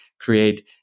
create